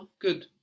Good